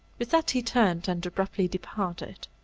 with that he turned and abruptly departed.